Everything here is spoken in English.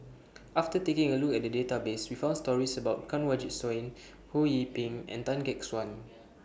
after taking A Look At The Database We found stories about Kanwaljit Soin Ho Yee Ping and Tan Gek Suan